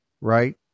right